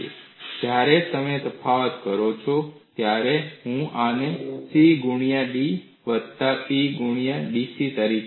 તેથી જ્યારે તમે તફાવત કરો છો ત્યારે હું આને C ગુણ્યા dp વત્તા P ગુણ્યા dCમાં લઈશ